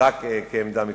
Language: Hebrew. רק כעמדה מקצועית.